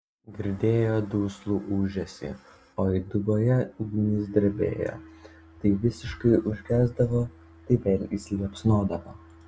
girdėjo duslų ūžesį o įduboje ugnys drebėjo tai visiškai užgesdavo tai vėl įsiliepsnodavo